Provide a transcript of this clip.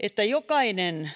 että jokainen